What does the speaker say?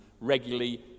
regularly